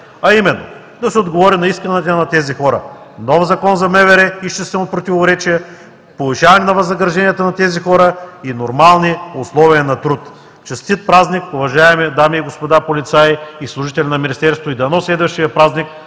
а именно, да се отговори на исканията на тези хора – нов Закон за МВР, изчистен от противоречия, повишаване на възнагражденията на тези хора и нормални условия на труд. Честит празник, уважаеми дами и господа полицаи и служители на Министерството! Дано следващият празник